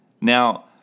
Now